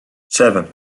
seven